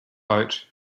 out